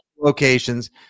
locations